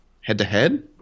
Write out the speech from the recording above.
head-to-head